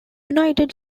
united